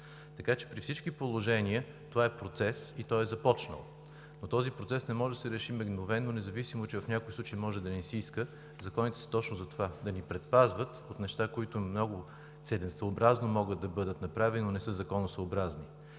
Така че при всички положения това е процес и той е започнал, но този процес не може да се реши мигновено, независимо че в някои случаи може да ни се иска. Законите са точно затова – да ни предпазват от неща, които много целесъобразно могат да бъдат направени, но не са законосъобразни.